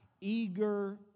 eager